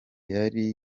yari